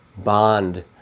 bond